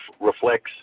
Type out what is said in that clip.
reflects